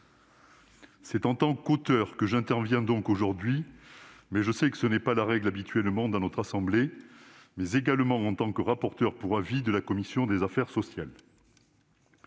C'est en tant qu'auteur que j'interviens donc aujourd'hui, mais- et je sais que ce n'est pas la règle habituelle dans notre assemblée -également en tant que rapporteur pour avis de la commission des affaires sociales.